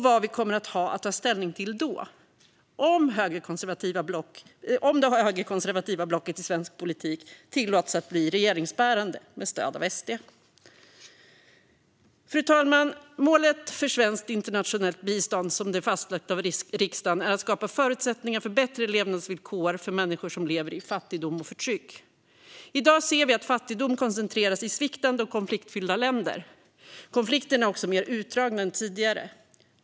Vad kommer vi att ha att ta ställning till då om det högerkonservativa blocket i svensk politik tillåts att bli regeringsbärande med stöd av SD? Fru talman! Målet för svenskt internationellt bistånd, som det är fastlagt av riksdagen, är att skapa förutsättningar för bättre levnadsvillkor för människor som lever i fattigdom och förtryck. I dag ser vi att fattigdom koncentreras till sviktande och konfliktfyllda länder. Konflikterna är också mer utdragna än tidigare.